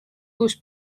uus